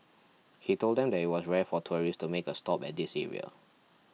he told them that it was rare for tourists to make a stop at this area